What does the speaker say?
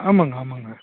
ஆமாங்க ஆமாங்க